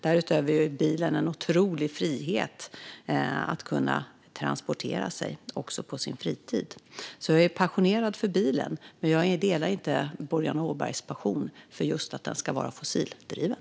Därutöver ger bilen en otrolig frihet att transportera sig också på fritiden. Jag är alltså passionerad när det gäller bilen, men jag delar inte Boriana Åbergs passion för att den ska vara just fossildriven.